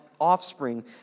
offspring